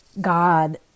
God